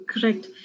Correct